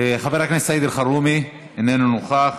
חבר הכנסת סעיד אלחרומי, איננו נוכח,